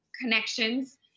connections